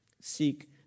seek